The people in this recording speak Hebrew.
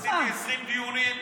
עשיתי 20 דיונים.